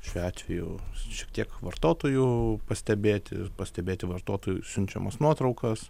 šiuo atveju šiek tiek vartotojų pastebėti pastebėti vartotojų siunčiamas nuotraukas